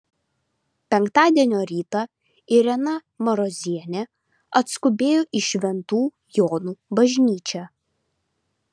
penktadienio rytą irena marozienė atskubėjo į šventų jonų bažnyčią